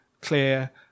Clear